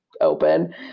open